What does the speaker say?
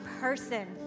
person